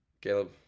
caleb